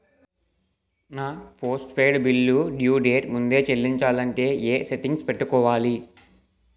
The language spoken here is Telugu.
నా postpaid bill due date ముందే చెల్లించాలంటే ఎ సెట్టింగ్స్ పెట్టుకోవాలి?